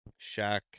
shaq